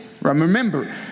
Remember